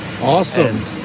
Awesome